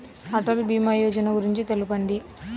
అటల్ భీమా యోజన గురించి తెలుపండి?